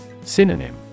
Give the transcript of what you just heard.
Synonym